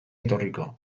etorriko